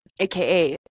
AKA